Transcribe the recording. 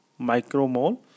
micromole